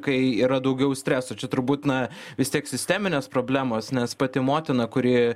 kai yra daugiau streso čia turbūt na vis tiek sisteminės problemos nes pati motina kuri